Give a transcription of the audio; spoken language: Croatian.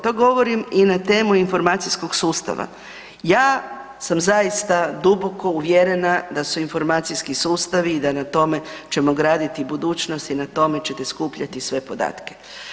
To govorim i na temu informacijskog sustava, ja sam zaista duboko uvjerena da su informacijski sustavi i da na tome ćemo graditi budućnost i na tome ćete skupljati sve podatke.